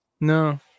No